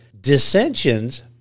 dissensions